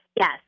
Yes